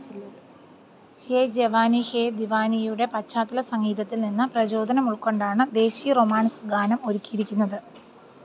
യേ ജവാനി ഹേ ദിവാനിയുടെ പശ്ചാത്തല സംഗീതത്തിൽ നിന്ന് പ്രചോദനം ഉൾക്കൊണ്ടാണ് ദേശി റൊമാൻസ് ഗാനം ഒരുക്കിയിരിക്കുന്നത്